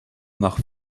nach